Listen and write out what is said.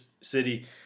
City